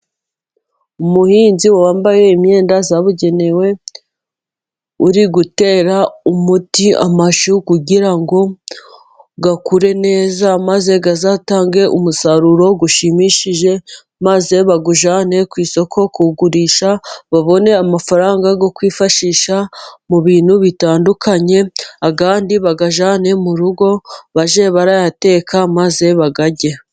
Umuhinzi wambaye imyenda yabugenewe uri gutera umuti amashu, kugira ngo akure neza maze azatange umusaruro ushimishije, maze bawujyane ku isoko kuwugurisha, babone amafaranga yo kukwifashisha mu bintu bitandukanye, andi bayajyane mu rugo bajye barayateka maze bayarye.